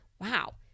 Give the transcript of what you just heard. wow